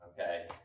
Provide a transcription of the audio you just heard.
Okay